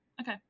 Okay